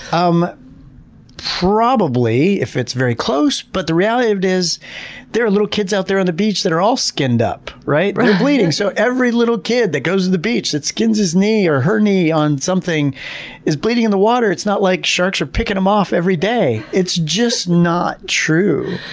um probably, if it's very close, but the reality of it is there are little kids out there on the beach that are all skinned up, right? they're bleeding. so, every little kid that goes to the beach that skins his or her knee on something is bleeding in the water. it's not like sharks are pickin' em off every day. it's just not true.